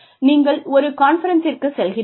நீங்கள் ஒரு கான்ஃபெரென்ஸிற்கு செல்கிறீர்கள்